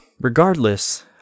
regardless